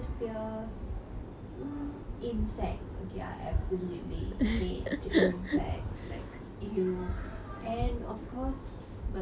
mm insects okay I absolutely hate insects you know like !eww! and of course my biggest fear is to like